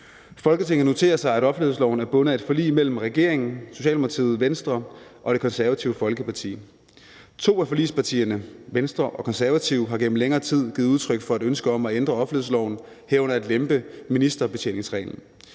Folketinget noterer sig, at offentlighedsloven er bundet af et forlig mellem regeringen (Socialdemokratiet), Venstre og Det Konservative Folkeparti. To af forligspartierne – Venstre og Konservative – har gennem længere tid givet udtryk for et ønske om at ændre offentlighedsloven, herunder at lempe ministerbetjeningsreglen.